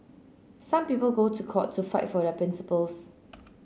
some people go to court to fight for their principles